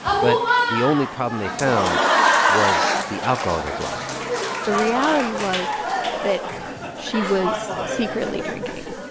but the only problem they found was the alcohol in her blood the reality was that she was secretly drinking.